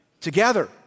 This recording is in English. together